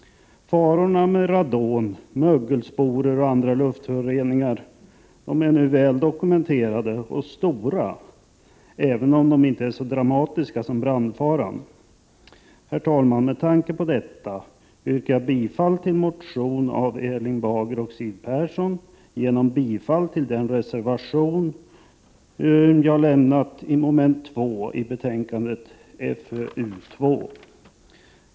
Farorna med radon, mögelsporer och andra luftföroreningar är väl dokumenterade och stora, även om de inte är så dramatiska som brandfaran. Herr talman! Med tanke på detta yrkar jag bifall till motionen av Erling Bager och Siw Persson genom att tillstyrka den reservation jag lämnat under mom. 2 i försvarsutskottets betänkande 2.